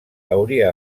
hauria